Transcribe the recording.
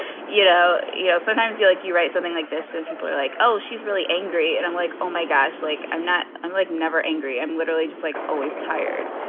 you know. you know, sometimes you like you write something like this and people are like, oh, she's really angry. and i'm like, oh my gosh. like i'm not i'm like never angry. i'm literally just like always tired.